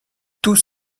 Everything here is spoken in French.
tous